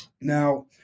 Now